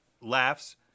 laughs